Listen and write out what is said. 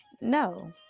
No